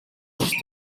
watch